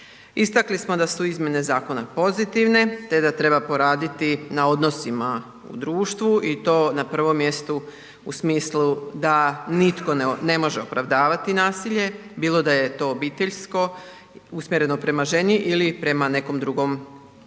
Istakli smo da su izmjene zakona pozitivne, te da treba poraditi na odnosima u društvu i to na prvom mjestu u smislu da nitko ne može opravdavati nasilje, bilo da je to obiteljsko usmjereno prema ženi ili prema nekom drugom bilo